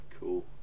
Cool